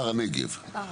שער הנגב.